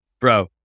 Bro